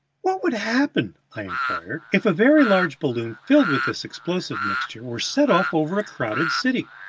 what would happen, i inquired, if a very large balloon filled with this explosive mixture were set off over a crowded city?